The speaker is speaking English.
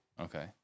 okay